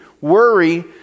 worry